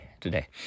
today